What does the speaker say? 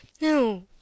No